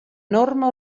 norma